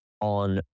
on